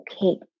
okay